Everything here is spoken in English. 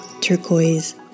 turquoise